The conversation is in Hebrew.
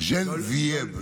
ז'נבייב.